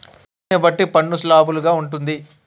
ఆదాయాన్ని బట్టి పన్ను స్లాబులు గా ఉంటుంది